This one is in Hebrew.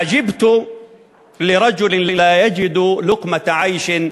עג'בּת לרג'לן לא יג'ד לקמת עישן,